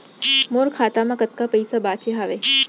मोर खाता मा कतका पइसा बांचे हवय?